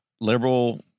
liberal